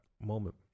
moment